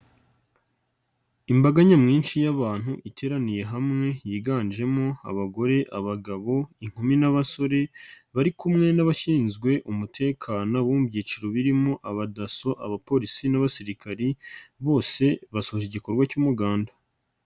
Imbaga nyamwinshi y'abantu iteraniye hamwe yiganjemo abagore, abagabo inkumi n'abasore bari kumwe n'abashinzwe umutekano bo mu byiciro birimo abadaso, abapolisi n'abasirikari bose basoje igikorwa cy'umuganda.